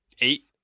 eight